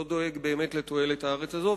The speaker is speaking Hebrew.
לא דואג באמת לתועלת הארץ הזאת,